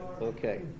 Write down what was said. Okay